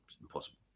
Impossible